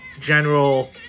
general